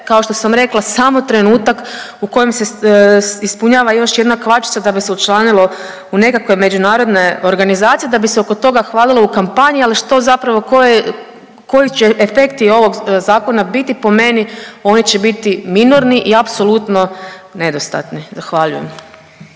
kao što sam rekla, samo trenutak u kojem se ispunjava još jedna kvačica da bi se učlanilo u nekakve međunarodne organizacije da bi se oko toga hvalilo u kampanji, ali što zapravo, koji, koji će efekti ovog zakona biti po meni, oni će biti minorni i apsolutno nedostatni. Zahvaljujem.